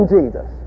Jesus